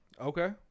Okay